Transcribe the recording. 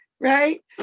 right